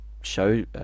show